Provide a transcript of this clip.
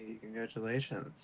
congratulations